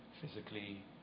physically